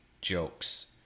jokes